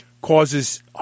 causes